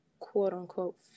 quote-unquote